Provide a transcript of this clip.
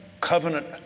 covenant